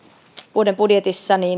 vuoden budjetissa